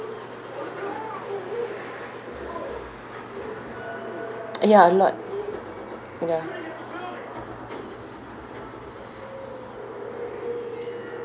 ya a lot ya